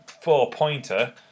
four-pointer